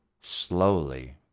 slowly